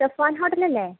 ധഫാൻ ഹോട്ടലല്ലേ